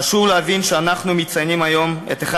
חשוב להבין שאנחנו מציינים היום את אחד